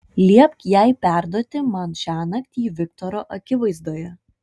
liepk jai perduoti man šiąnakt jį viktoro akivaizdoje